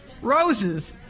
Roses